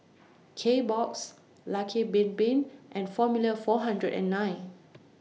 Kbox Lucky Bin Bin and Formula four hundred and nine